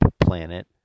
planet